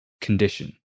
condition